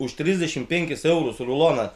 už trisdešimt penkis eurus ruloną